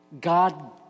God